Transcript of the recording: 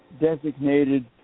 designated